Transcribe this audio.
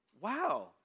Wow